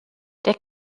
der